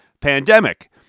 pandemic